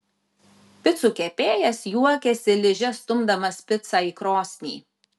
picų kepėjas juokiasi liže stumdamas picą į krosnį